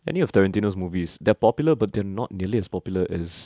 any of tarantino's movie is they are popular but they are not nearly as popular as